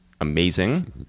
amazing